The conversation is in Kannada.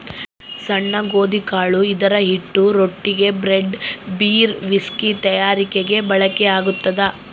ಸಣ್ಣ ಗೋಧಿಕಾಳು ಇದರಹಿಟ್ಟು ರೊಟ್ಟಿಗೆ, ಬ್ರೆಡ್, ಬೀರ್, ವಿಸ್ಕಿ ತಯಾರಿಕೆಗೆ ಬಳಕೆಯಾಗ್ತದ